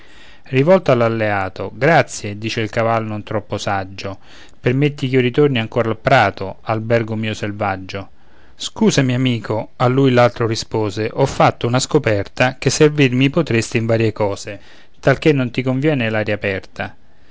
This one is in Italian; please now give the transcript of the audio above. rivolto all'alleato grazie dice il caval non troppo saggio permetti ch'io ritorni ancora al prato albergo mio selvaggio scusami amico a lui l altro rispose ho fatta una scoperta che servir mi potresti in varie cose talché non ti conviene l'aria aperta